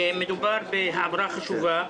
מדובר בהעברה חשובה,